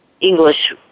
English